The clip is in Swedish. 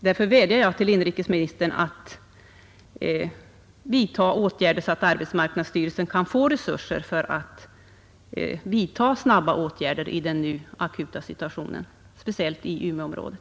Därför vädjar jag till inrikesministern att se till att arbetsmarknadsstyrelsen kan få resurser att vidta snabba åtgärder i den nu akuta situationen, speciellt i Umeområdet.